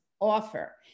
offer